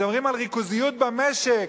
מדברים על ריכוזיות במשק,